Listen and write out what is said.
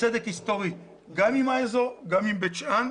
גם עם האזור וגם עם בית שאן.